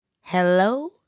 Hello